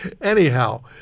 Anyhow